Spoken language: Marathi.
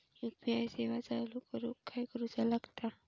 यू.पी.आय सेवा चालू करूक काय करूचा लागता?